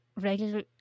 regular